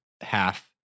Half